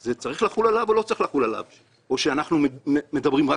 זה צריך לחול עליו או שאנחנו מדברים רק